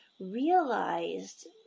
realized